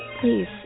Please